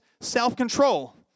self-control